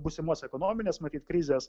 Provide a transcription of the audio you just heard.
būsimos ekonominės matyt krizės